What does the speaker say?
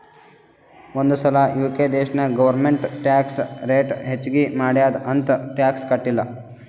ಒಂದ್ ಸಲಾ ಯು.ಕೆ ದೇಶನಾಗ್ ಗೌರ್ಮೆಂಟ್ ಟ್ಯಾಕ್ಸ್ ರೇಟ್ ಹೆಚ್ಚಿಗ್ ಮಾಡ್ಯಾದ್ ಅಂತ್ ಟ್ಯಾಕ್ಸ ಕಟ್ಟಿಲ್ಲ